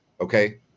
okay